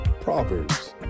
Proverbs